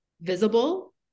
visible